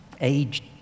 age